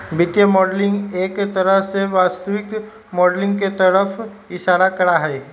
वित्तीय मॉडलिंग एक तरह से वास्तविक माडलिंग के तरफ इशारा करा हई